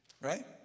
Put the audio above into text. right